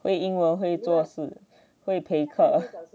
会英文会做事会陪客